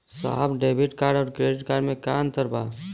साहब debit card और credit card में का अंतर बा?